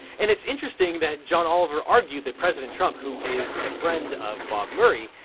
and it's interesting that john oliver argued that president trump, who is a friend of bob murray,